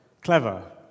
clever